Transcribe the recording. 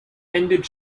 ended